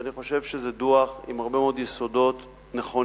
אני חושב שזה דוח עם הרבה מאוד יסודות נכונים,